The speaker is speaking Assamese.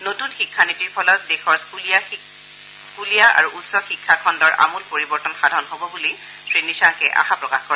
নতুন শিক্ষা নীতিৰ ফলত দেশৰ স্থুলীয়া আৰু উচ্চ শিক্ষা খণ্ডৰ আমূল পৰিৱৰ্তন সাধন হব বুলি শ্ৰীনিশাংকে আশা প্ৰকাশ কৰে